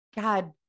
God